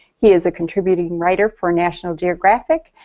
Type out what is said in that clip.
he is a contributing writer for national geographic,